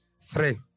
three